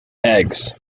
eggs